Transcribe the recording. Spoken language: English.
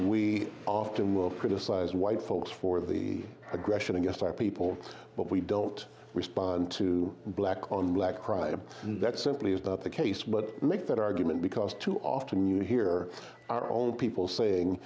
we often will criticize white folks for the aggression against our people but we don't respond to black on black crime and that simply is not the case but make that argument because too often you hear our own people saying